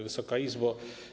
Wysoka Izbo!